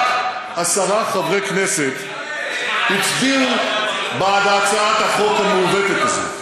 רק עשרה חברי כנסת הצביעו בעד הצעת החוק המעוותת הזאת.